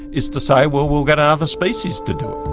is to say, well, we'll get another species to do it.